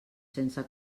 sense